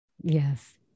Yes